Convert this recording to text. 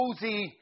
cozy